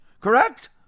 Correct